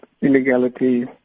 illegality